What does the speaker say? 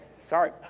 Sorry